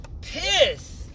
piss